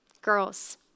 girls